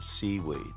seaweed